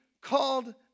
called